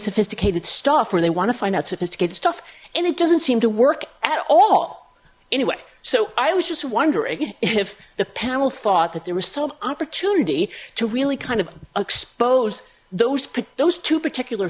sophisticated stuff where they want to find out sophisticated stuff and it doesn't seem to work at all anyway so i was just wondering if the panel thought that there was some opportunity to really kind of expose those those two particular